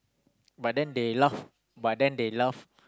but then they laugh but then they laugh